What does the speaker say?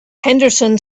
henderson